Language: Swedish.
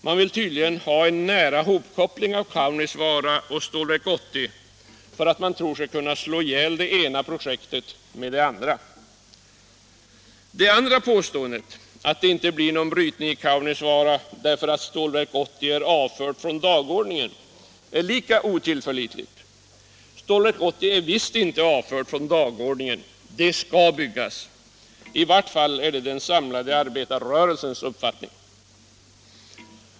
Man vill tydligen ha en nära hopkoppling av Kaunisvaara och Stålverk 80 därför att man tror sig kunna slå ihjäl det ena projektet med det andra. Det andra påståendet, att det inte blir någon brytning i Kaunisvaara därför att Stålverk 80 är avfört från dagordningen, är lika otillförlitligt. Stålverk 80 är visst inte avfört från dagordningen, det skall byggas. I varje fall är det den samlade arbetarrörelsens uppfattning.